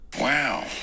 Wow